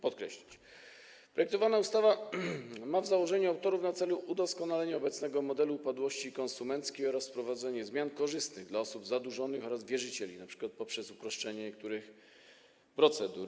Projektowana ustawa w założeniu autorów ma na celu udoskonalenie obecnego modelu upadłości konsumenckiej oraz wprowadzenie zmian korzystnych dla osób zadłużonych oraz wierzycieli np. poprzez uproszczenie niektórych procedur.